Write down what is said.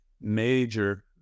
major